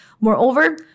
Moreover